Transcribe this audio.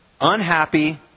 unhappy